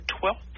Twelfth